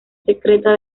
secreta